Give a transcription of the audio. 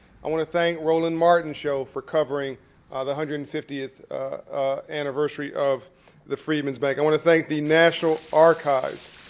i want to thank roland martin's show for covering the one hundred and fiftieth anniversary of the freedman's bank. i want to thank the national archives.